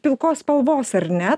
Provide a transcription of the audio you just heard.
pilkos spalvos ar ne